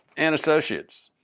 and associates.